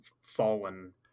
fallen